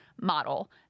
model